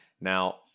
Now